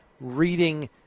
reading